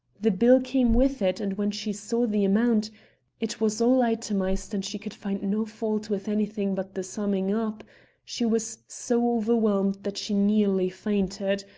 the bill came with it and when she saw the amount it was all itemized and she could find no fault with anything but the summing up she was so overwhelmed that she nearly fainted.